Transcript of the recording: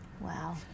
Wow